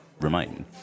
remain